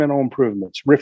improvements